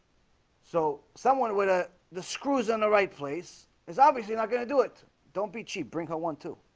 so someone with a the screws on the right place is obviously not gonna. do it don't be cheap bring her one two